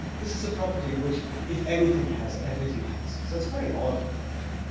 this is a property which if anything has, everything has. so it's a very odd property.